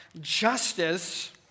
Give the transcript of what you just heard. justice